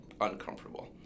uncomfortable